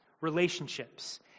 relationships